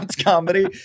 comedy